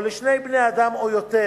או לשני בני-אדם או יותר,